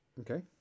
Okay